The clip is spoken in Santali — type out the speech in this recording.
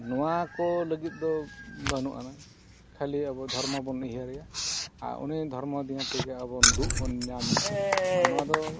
ᱱᱚᱣᱟ ᱠᱚ ᱞᱟᱹᱜᱤᱫ ᱫᱚ ᱵᱟᱹᱱᱩᱜ ᱟᱱᱟᱜ ᱠᱷᱟᱹᱞᱤ ᱟᱵᱚ ᱫᱷᱚᱨᱢᱚ ᱵᱚᱱ ᱩᱭᱦᱟᱹᱨᱮᱜᱼᱟ ᱟᱨ ᱩᱱᱤ ᱫᱷᱚᱨᱢᱚ ᱫᱤᱭᱮ ᱛᱮᱜᱮ ᱟᱵᱚ ᱫᱩᱜ ᱵᱚᱱ ᱧᱟᱢᱮᱜᱼᱟ ᱟᱨ ᱱᱚᱣᱟ ᱫᱚ